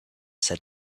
said